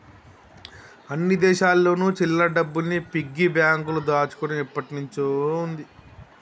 అన్ని దేశాల్లోను చిల్లర డబ్బుల్ని పిగ్గీ బ్యాంకులో దాచుకోవడం ఎప్పటినుంచో ఉంది